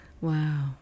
Wow